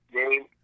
game